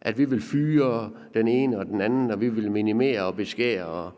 at vi vil fyre den ene og den anden, at vi vil minimere og beskære,